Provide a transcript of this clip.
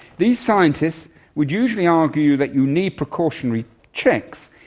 these scientists would usually argue that you need precautionary checks,